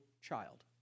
child